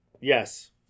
Yes